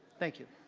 thank you.